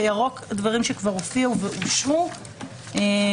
בירוק תיקונים שכבר הופיעו ואושרו אושרו.